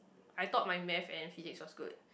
I thought my math and Physics was good